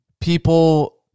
people